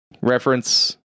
reference